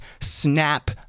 snap